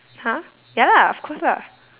[huh] ya lah of course lah